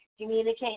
communicate